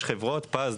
יש חברות פז,